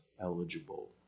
eligible